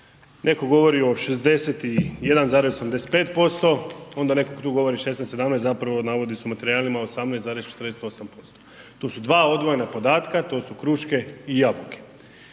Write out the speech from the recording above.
Netko govori o 61,85%, onda netko govori tu govori 16, 17, zapravo navodi se u materijalima 18,48%. To su dva odvojena podatka, to su kruške i jabuke.